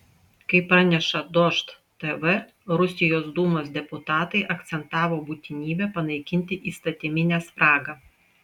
kaip praneša dožd tv rusijos dūmos deputatai akcentavo būtinybę panaikinti įstatyminę spragą